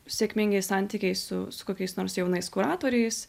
sėkmingi santykiai su kokiais nors jaunais kuratoriais